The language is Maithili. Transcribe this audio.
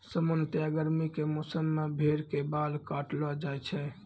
सामान्यतया गर्मी के मौसम मॅ भेड़ के बाल काटलो जाय छै